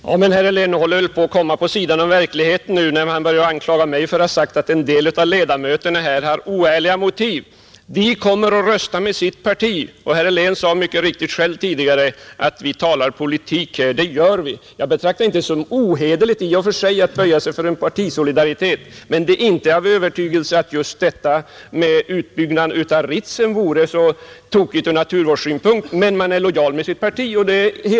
Fru talman! Herr Helén håller väl nu på att komma vid sidan om verkligheten när han börjar anklaga mig för att ha sagt, att en del av ledamöterna har oärliga motiv i denna fråga då de kommer att rösta med sitt parti. Herr Helén sade själv mycket riktigt tidigare att vi här talar politik, och det gör vi. Jag betraktar det inte i och för sig som ohederligt att böja sig för en partisolidaritet. Men det är inte av ett glödande naturvårdsintresse man tar ställning mot utbyggnaden av Ritsem utan därför att man är lojal mot sitt parti.